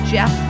Jeff